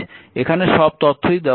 এখানে সব তথ্য দেওয়া আছে